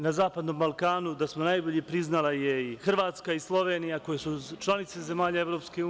Na zapadnom Balkanu, da smo najbolji, priznala je i Hrvatska i Slovenija koje su članice zemalja EU.